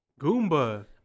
Goomba